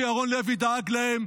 מה שירון לוי דאג להם,